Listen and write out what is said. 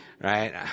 right